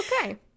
Okay